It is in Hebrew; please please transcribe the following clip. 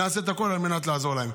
נעשה את הכול על מנת לעזור להם.